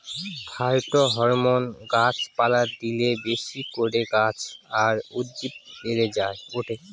phytohormone গাছ পালায় দিলে বেশি করে গাছ আর উদ্ভিদ বেড়ে ওঠে